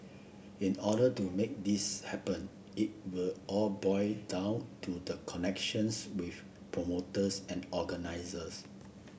in order to make this happen it will all boil down to the connections with promoters and organisers